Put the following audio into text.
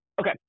Okay